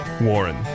Warren